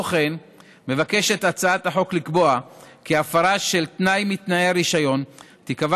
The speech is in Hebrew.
כמו כן מבקשת הצעת החוק לקבוע כי הפרה של תנאי מתנאי הרישיון תיקבע